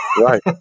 Right